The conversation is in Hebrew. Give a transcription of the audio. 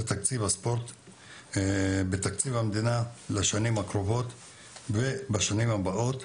תקציב הספורט בתקציב המדינה לשנים הקרובות ובשנים הבאות.